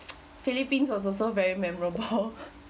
philippines was also very memorable